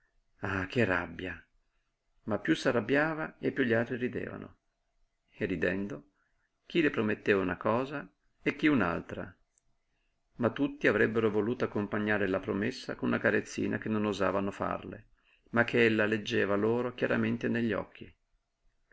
ah che rabbia ma piú s'arrabbiava e piú gli altri ridevano e ridendo chi le prometteva una cosa e chi un'altra ma tutti avrebbero voluto accompagnare la promessa con una carezzina che non osavano farle ma che ella leggeva loro chiaramente negli occhi